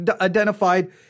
identified